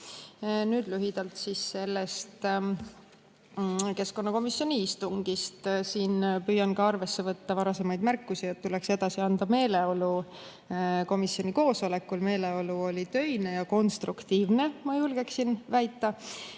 Nüüd lühidalt sellest keskkonnakomisjoni istungist. Püüan ka arvesse võtta varasemaid märkusi, et tuleks edasi anda meeleolu komisjoni koosolekul. Meeleolu oli töine ja konstruktiivne, ma julgeksin väita.